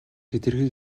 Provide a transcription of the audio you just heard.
хэтэрхий